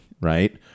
right